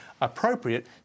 appropriate